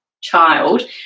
child